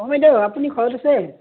অঁ বাইদেউ আপুনি ঘৰত আছে